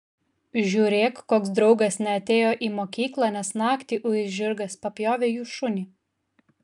žiūrėk koks draugas neatėjo į mokyklą nes naktį uis žirgas papjovė jų šunį